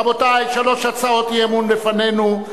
רבותי, שלוש הצעות אי-אמון בפנינו.